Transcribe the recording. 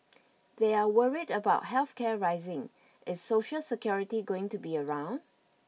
they're worried about health care rising is Social Security going to be around